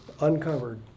Uncovered